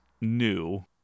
new